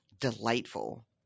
delightful